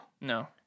No